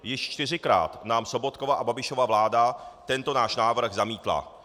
Již čtyřikrát nám Sobotkova a Babišova vláda tento náš návrh zamítla.